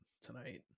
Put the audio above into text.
tonight